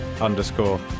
underscore